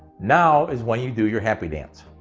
now is when you do your happy dance!